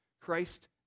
Christ